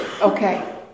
Okay